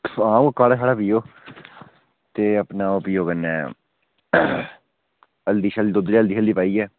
आं ओह् काढ़ा पियो ते अपना ओह् पियो कन्नै हल्दी दुद्धै च हल्दी पाइयै